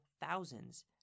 thousands